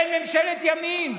אין ממשלת ימין.